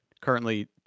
Currently